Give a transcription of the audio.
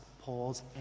Paul's